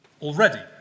already